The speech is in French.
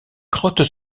grottes